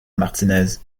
martinez